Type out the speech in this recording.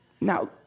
Now